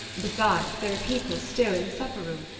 besides, there are people still in the supper-room.